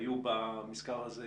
היו במזכר הזה,